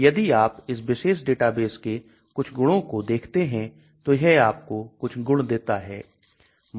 तो यदि आप इस विशेष डेटाबेस के कुछ गुणों को देखते हैं तो यह आपको कुछ गुण देता है